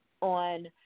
on